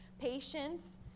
patience